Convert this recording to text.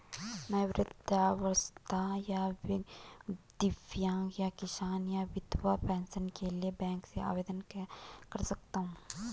मैं वृद्धावस्था या दिव्यांग या किसान या विधवा पेंशन के लिए बैंक से आवेदन कर सकता हूँ?